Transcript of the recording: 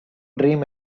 dream